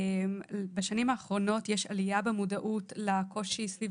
בשנים האחרונות יש עלייה במודעות לקושי סביב